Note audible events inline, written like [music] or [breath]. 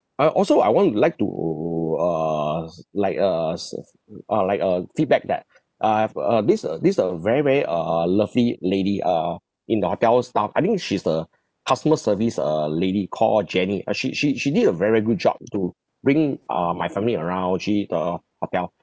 uh also I want like to uh like uh uh like uh feedback that [breath] uh I have uh this uh this uh very very uh lovely lady uh in the hotel staff I think she's the customer service err lady called jenny uh she she she did a very very good job to bring uh my family around actually in the hotel